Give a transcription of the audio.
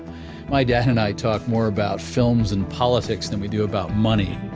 my dad and i talk more about films and politics than we do about money.